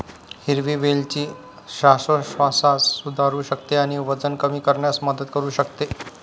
हिरवी वेलची श्वासोच्छवास सुधारू शकते आणि वजन कमी करण्यास मदत करू शकते